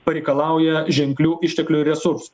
pareikalauja ženklių išteklių resursų